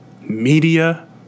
media